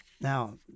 Now